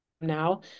now